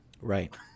Right